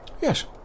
Yes